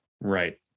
Right